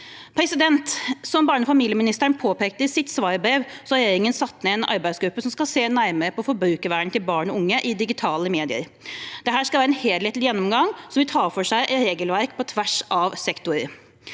Som barne- og familieministeren påpekte i sitt svarbrev, har regjeringen satt ned en arbeidsgruppe som skal se nærmere på forbrukervernet til barn og unge i digitale medier. Dette skal være en helhetlig gjennomgang som vil ta for seg regelverk på tvers av sektorer.